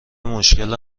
مشکل